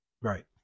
Right